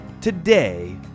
Today